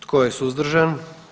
Tko je suzdržan?